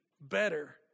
better